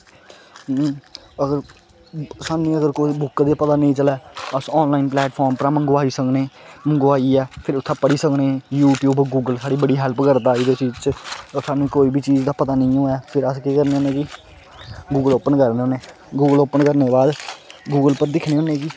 अगर सानूंं अगर कोई बुक दा पता नेईं चलै अस आनलाइन प्लेटफार्म उप्पर मंगवाई सकनें मंगवाइयै फिर उत्थैं पढ़ी सकने यू्टयूब गूगल साढ़ी बड़ी हेल्प करदा एहदे चीज च ते सानूं कोई बी चीज दा पता नेईं होऐ फिर अस केह् करने कि गूगल ओपन करने होन्ने गूगल ओपन करने दे बाद गूगल उप्पर दिक्खने होन्ने कि